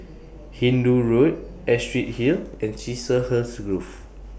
Hindoo Road Astrid Hill and Chiselhurst Grove